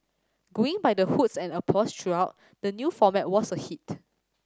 going by the hoots and applause throughout the new format was a hit